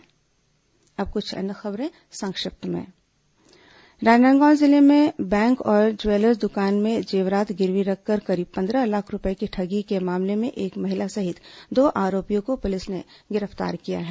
संक्षिप्त समाचार अब कुछ अन्य खबरें संक्षिप्त में राजनांदगांव जिले में बैंक और ज्वेलर्स दुकान में जेवरात गिरवी रखकर करीब पन्द्रह लाख रूपए की ठगी के मामले में एक महिला सहित दो आरोपियों को पुलिस ने गिरफ्तार किया है